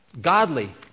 godly